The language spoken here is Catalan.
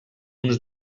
uns